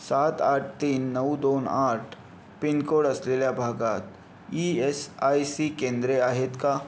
सात आठ तीन नऊ दोन आठ पिनकोड असलेल्या भागात ई एस आय सी केंद्रे आहेत का